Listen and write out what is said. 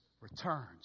returns